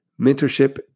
Mentorship